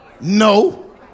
No